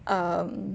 um